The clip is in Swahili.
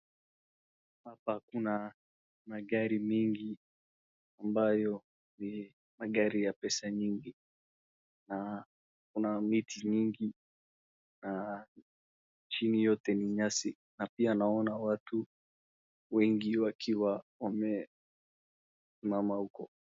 Hapa kuna magari mengi ambayo ni magari ya pesa nyingi. Na kuna miti nyingi na chini yote ni nyasi. Na pia naona watu wengi wakiwa wamesimama huko.